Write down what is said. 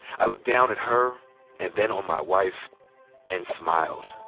i looked down at her and then on my wife and smiled.